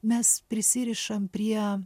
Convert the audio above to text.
mes prisirišam prie